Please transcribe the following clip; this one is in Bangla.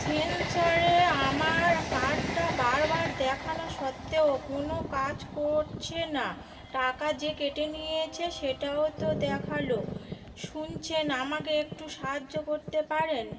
সেন্সরে আমার কার্ডটা বারবার দেখানো সত্ত্বেও কোনো কাজ করছে না টাকা যে কেটে নিয়েছে সেটাও তো দেখালো শুনছেন আমাকে একটু সাহায্য করতে পারেন